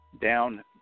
down